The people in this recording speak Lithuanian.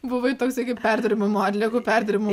buvai toksai kaip perdirbimo atliekų perdirbimo